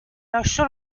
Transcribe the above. lasciò